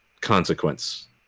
consequence